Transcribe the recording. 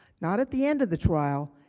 not at the end of the trial.